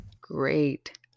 great